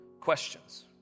questions